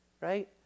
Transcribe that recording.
Right